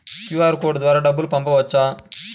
QR code ద్వారా డబ్బులు పంపవచ్చా?